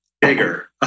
bigger